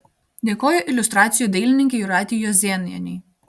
dėkoju iliustracijų dailininkei jūratei juozėnienei